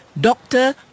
doctor